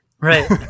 Right